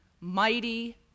mighty